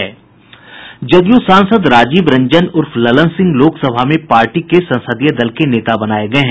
जदयू सांसद राजीव रंजन उर्फ ललन सिंह लोकसभा में पार्टी के संसदीय दल के नेता बनाये गये हैं